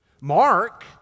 Mark